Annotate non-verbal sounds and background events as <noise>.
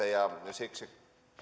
<unintelligible> ja siksi